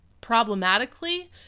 problematically